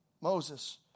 Moses